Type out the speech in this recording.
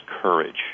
courage